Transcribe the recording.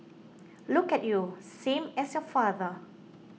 look at you same as your father